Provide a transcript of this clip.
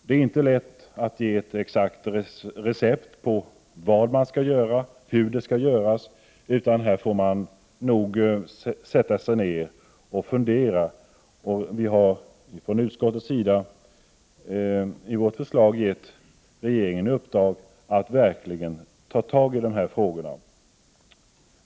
Det är inte lätt att ge ett exakt recept på vad som skall göras och hur det skall göras, utan man får nog sätta sig ned och fundera, och vi har från utskottets sida i vårt förslag gett regeringen i uppdrag att verkligen ta tag i dessa frågor.